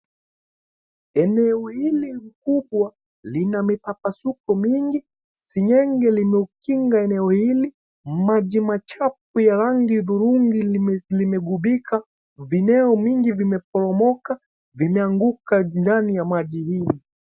Eneo hili mkubwa lina mipapasuko mingi. Seng'enge limeukinga eneo hili. Maji machafu ya rangi dhurungi limeghubika. Vineo vingi vimeporomoka, vimeanguka ndani ya maji hili.